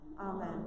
Amen